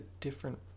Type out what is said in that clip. different